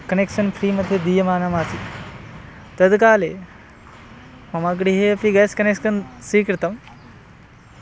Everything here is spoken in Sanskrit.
कनेक्सन् फ़्री मध्ये दीयमानमासीत् तद् काले मम गृहे अपि गेस् कनेक्सन् स्वीकृतम्